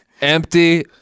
Empty